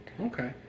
Okay